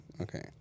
Okay